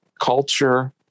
culture